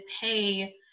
pay